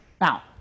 Now